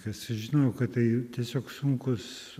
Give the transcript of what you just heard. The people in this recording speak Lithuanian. kas žinojo kad tai tiesiog sunkus